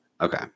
okay